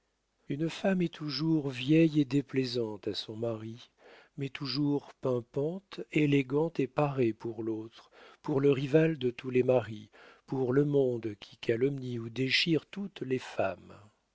une femme est toujours vieille et déplaisante à son mari mais toujours pimpante élégante et parée pour l'autre pour le rival de tous les maris pour le monde qui calomnie ou déchire toutes les femmes